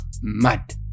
mad